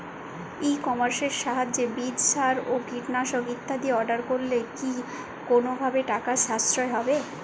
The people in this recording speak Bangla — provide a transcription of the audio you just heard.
ই কমার্সের সাহায্যে বীজ সার ও কীটনাশক ইত্যাদি অর্ডার করলে কি কোনোভাবে টাকার সাশ্রয় হবে?